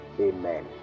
Amen